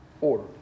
order